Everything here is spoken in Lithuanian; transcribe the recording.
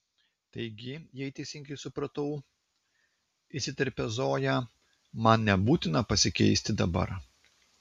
taigi jei teisingai supratau įsiterpia zoja man nebūtina pasikeisti dabar